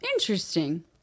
Interesting